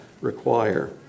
require